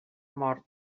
mort